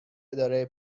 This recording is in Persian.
اداره